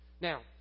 Now